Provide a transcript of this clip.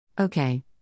Okay